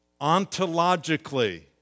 ontologically